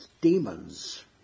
demons